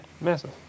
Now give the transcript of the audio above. massive